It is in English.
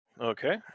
Okay